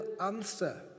answer